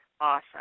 awesome